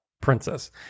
Princess